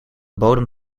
bodem